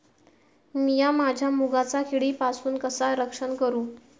मीया माझ्या मुगाचा किडीपासून कसा रक्षण करू?